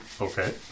okay